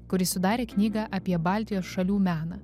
kuris sudarė knygą apie baltijos šalių meną